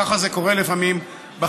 ככה זה קורה לפעמים בחקיקה.